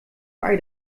bei